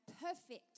perfect